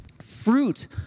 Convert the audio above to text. Fruit